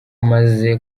maze